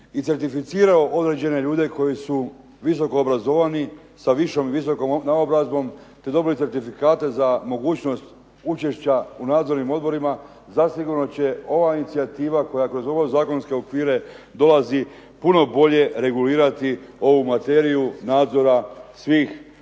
i certificirao određene ljude koji su visoko obrazovani, sa višom i visokom naobrazbom te dobili certifikate za mogućnost učešća u nadzornim odborima zasigurno će ova inicijativa koja kroz ove zakonske okvire dolazi puno bolje regulirati ovu materiju nadzora svih